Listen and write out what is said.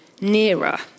nearer